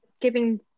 giving